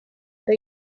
eta